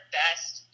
best